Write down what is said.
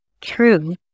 true